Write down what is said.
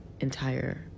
entire